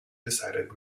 decided